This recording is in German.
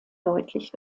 deutlich